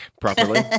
properly